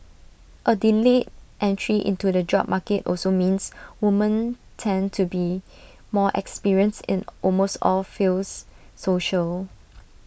A delayed entry into the job market also means women tend to be more experienced in almost all fields social